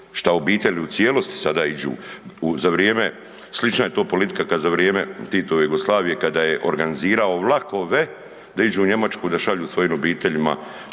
šta obitelji u cijelosti sada iđu za vrijeme, slična je to politika kad za vrijeme Titove Jugoslavije kada je organizirao vlakove da iđu u Njemačku da šalju svojim obiteljima